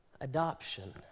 Adoption